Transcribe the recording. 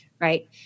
Right